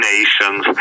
Nations